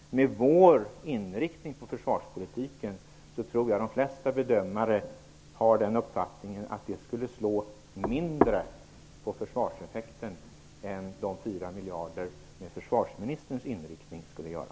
Mot bakgrund av vår inriktning på försvarspolitiken tror jag att de flesta bedömare har uppfattningen att den besparingen skulle slå mindre på försvarseffekten än vad försvarsministerns besparing på fyra miljarder skulle göra.